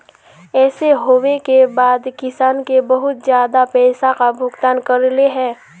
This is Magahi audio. ऐसे होबे के बाद किसान के बहुत ज्यादा पैसा का भुगतान करले है?